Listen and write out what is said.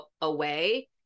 away